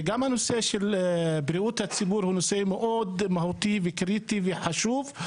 וגם הנושא של בריאות הציבור הוא נושא מאוד מהותי וקריטי וחשוב.